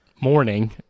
morning